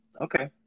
Okay